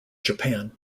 japan